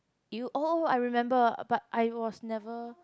you all I remember but I was never